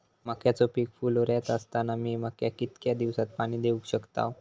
मक्याचो पीक फुलोऱ्यात असताना मी मक्याक कितक्या दिवसात पाणी देऊक शकताव?